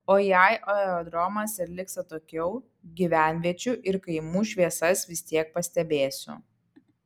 o jei aerodromas ir liks atokiau gyvenviečių ir kaimų šviesas vis tiek pastebėsiu